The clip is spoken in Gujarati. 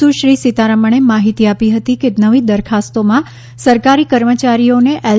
સુશ્રી સીતારમણે માહિતી આપી હતી કે નવી દરખાસ્તોમાં સરકારી કર્મચારીઓને એલ